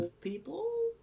People